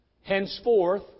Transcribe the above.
Henceforth